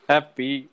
Happy